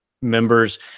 members